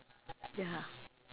ya